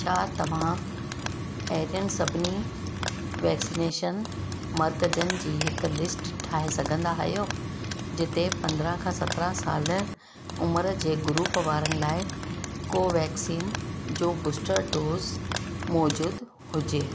छा तव्हां अहिड़नि सभिनी वैक्सीनेशन मर्कज़नि जी हिकु लिस्ट ठाहे सघंदा आहियो जिते पंदरहां खां सतरहां साल उमिरि जे ग्रुप वारनि लाइ कोवैक्सीन जो बूस्टर डोज मौजूदु हुजे